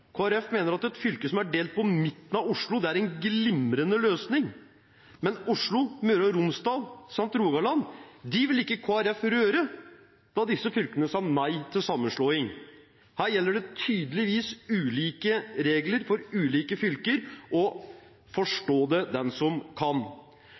Folkeparti mener at et fylke som er delt på midten av Oslo, er en glimrende løsning, men Oslo, Møre og Romsdal samt Rogaland vil ikke Kristelig Folkeparti røre da disse fylkene sa nei til sammenslåing. Her gjelder det tydeligvis ulike regler for ulike fylker.